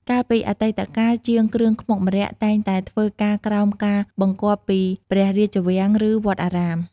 កាលពីអតីតកាល ជាងគ្រឿងខ្មុកម្រ័ក្សណ៍តែងតែធ្វើការក្រោមការបង្គាប់ពីព្រះរាជវាំង ឬវត្តអារាម។